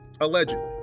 allegedly